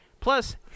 Plus